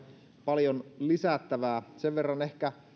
paljon lisättävää sen verran ehkä